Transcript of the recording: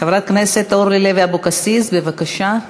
חברת הכנסת אורלי לוי אבקסיס, בבקשה.